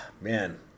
Man